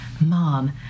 Mom